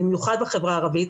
במיוחד בחברה הערבית,